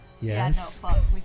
Yes